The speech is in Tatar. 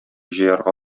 җыярга